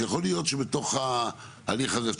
שיכול להיות שבתוך ההליך הזה,